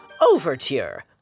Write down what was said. Overture